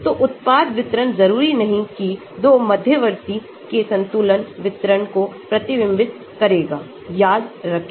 तो उत्पाद वितरण जरूरी नहीं कि 2 मध्यवर्ती के संतुलन वितरण को प्रतिबिंबित करेगा याद रखें